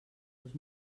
dos